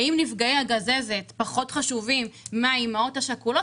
האם נפגעי הגזזת פחות חשובים מהאימהות השכולות?